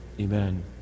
Amen